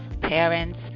parents